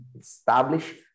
establish